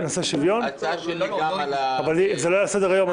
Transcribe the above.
לכם יש כבר בסדר-היום,